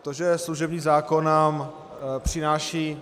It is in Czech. To, že služební zákon nám přináší